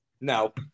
No